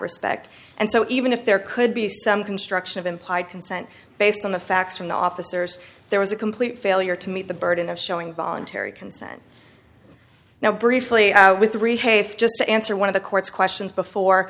respect and so even if there could be some construction of implied consent based on the facts from the officers there was a complete failure to meet the burden of showing voluntary consent now briefly with three hafe just to answer one of the court's questions before